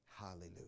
Hallelujah